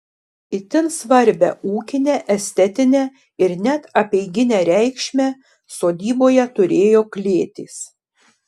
itin svarbią ūkinę estetinę ir net apeiginę reikšmę sodyboje turėjo klėtys